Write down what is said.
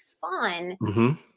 fun